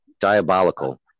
diabolical